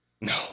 No